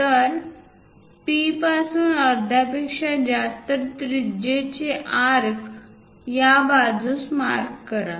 तर P पासून अर्ध्यापेक्षा जास्त त्रिज्येचे आर्क या बाजूस मार्क करा